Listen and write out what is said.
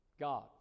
God